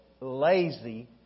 lazy